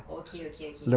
okay okay okay